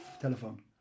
telephone